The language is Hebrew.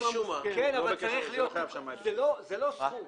זה לא סכום.